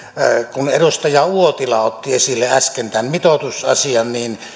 kun edustaja uotila otti esille äsken tämän mitoitusasian niin